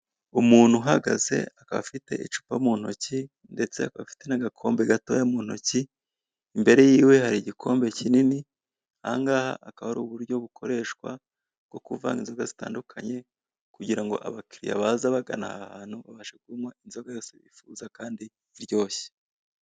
Umuntu uhagaze akaba afite icupa mu ntoki ndetse afite n'agakombe gatoya mu ntoki, imbere yiwe hari igikombe kinini aha ngaha akaba ari uburyo bukoreshwa bwo kuvanga inzoga zitandukanye kugira ngo abakiriya baza bagana aha hantu ubaje kunywa inzoga yose bifuza kandi iryoshye.